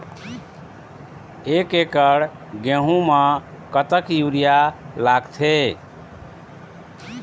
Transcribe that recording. एक एकड़ गेहूं म कतक यूरिया लागथे?